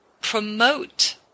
promote